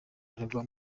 aregwa